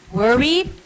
worried